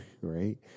right